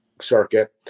circuit